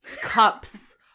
cups